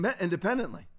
independently